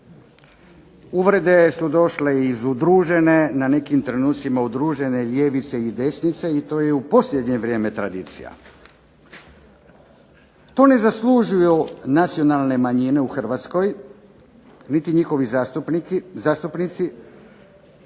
Uvrede su došle udružene ljevice i desnice i to je u posljednje vrijeme tradicija. To ne zaslužuju nacionalne manjine u Hrvatskoj niti njihovi zastupnici.